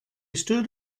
stood